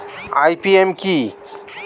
IPM কি?